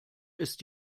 ist